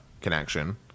connection